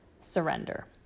surrender